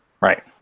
Right